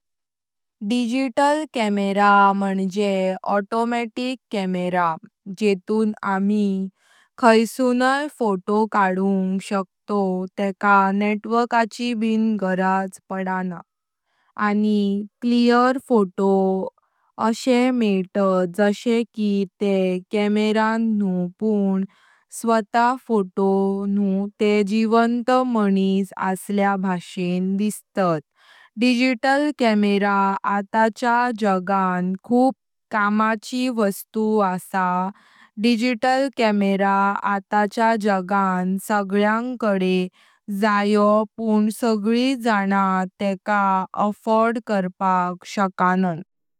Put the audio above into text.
Digital camera म्हणजे automatic camera. जेतुन आम्ही खायत नाही फोटो काडुंक शकतोव तेका नेटवर्काची बी गरज पडाना। आणि क्लियर फोटो असे मेटत जाशे की ते कॅमेरा न्हू पण स्वत फोटो न्हू ते जिवंत मनिस असल्या भाषें। डिजिटल कॅमेरा आताच्या जगान खूप कामाची वस्तू आसा। डिजिटल कॅमेरा आता च्या जगान सगळ्यांकडे जावो पण सगळेच जना तेका अफोर्ड करपाक शकताना।